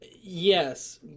Yes